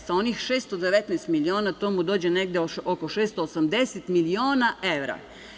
Sa onih 619 miliona, to mu dođe negde oko 680 miliona evra.